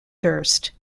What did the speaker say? thirst